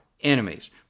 enemies